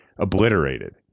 obliterated